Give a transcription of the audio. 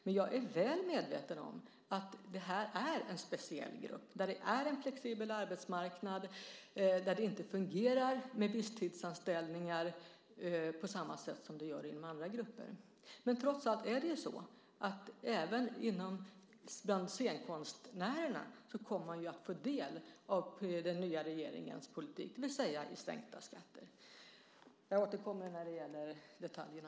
Men jag är väl medveten om att det här är en speciell grupp med en flexibel arbetsmarknad där det inte fungerar med visstidsanställningar på samma sätt som det gör för andra grupper. Trots allt är det så att även scenkonstnärerna kommer att få del av den nya regeringens politik, det vill säga sänkta skatter. Jag återkommer senare när det gäller detaljerna.